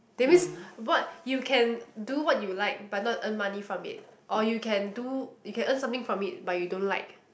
that means what you can do what you like but not earn money from it or you can do you can earn something from it but you don't like